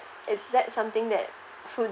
it that something that food